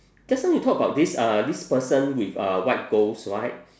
just now you talk about this uh this person with uh white ghost right